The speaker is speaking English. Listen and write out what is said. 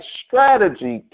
strategy